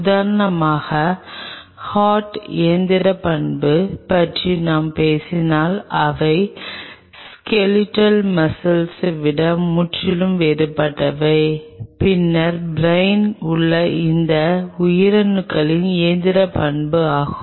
உதாரணமாக ஹார்ட்டின் இயந்திர பண்பு பற்றி நான் பேசினால் அவை ஸ்கெலெட்டல் மஸ்ஸிள் விட முற்றிலும் வேறுபட்டவை பின்னர் பிரைனில் உள்ள இந்த உயிரணுக்களின் இயந்திர பண்பு ஆகும்